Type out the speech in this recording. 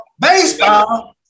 baseball